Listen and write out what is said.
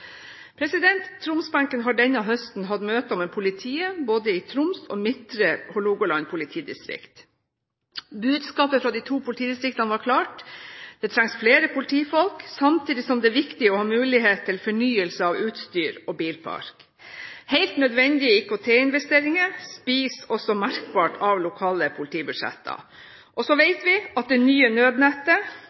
har denne høsten hatt møter med politiet i både Troms politidistrikt og Midtre Hålogaland politidistrikt. Budskapet fra de to politidistriktene var klart: Det trengs flere politifolk, samtidig som det er viktig å ha mulighet til å fornye utstyr og bilpark. Helt nødvendige IKT-investeringer spiser også merkbart av lokale politibudsjetter. Så vet vi at det nye nødnettet